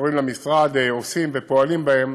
שקשורים למשרד עושים ופועלים בהם,